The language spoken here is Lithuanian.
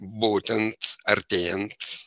būtent artėjant